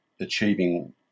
achieving